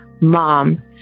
Mom